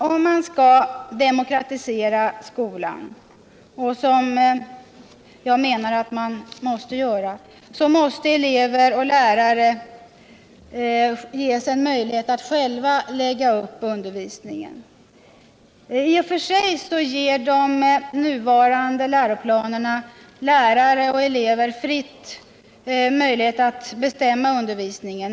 Om man skall demokratisera skolan — vilket jag menar — måste elever och lärare ges möjlighet att själva lägga upp undervisningen. I och för sig ger de nuvarande läroplanerna lärare och elever möjlighet att fritt bestämma undervisningen.